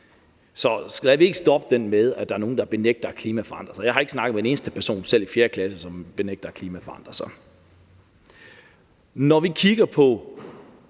Så skal vi ikke stoppe den med, at der er nogen, der benægter, at klimaet forandrer sig? Jeg har ikke snakket med en eneste person, selv i 4. klasse, som benægter, at klimaet forandrer sig. Når vi kigger på